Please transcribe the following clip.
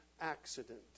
accident